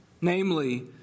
namely